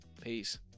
Peace